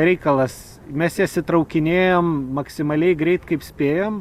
reikalas mes jas įtraukinėjam maksimaliai greit kaip spėjam